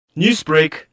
Newsbreak